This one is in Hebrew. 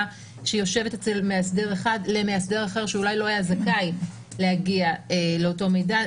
שיושב אצל מאסדר אחד למאסדר אחר שאולי לא היה זכאי להגיע לאותו מידע.